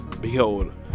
Behold